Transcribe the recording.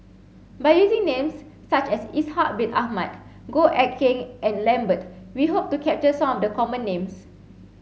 by using names such as Ishak bin Ahmad Goh Eck Kheng and Lambert we hope to capture some of the common names